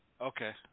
Okay